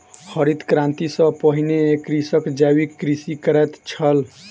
हरित क्रांति सॅ पहिने कृषक जैविक कृषि करैत छल